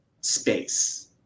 space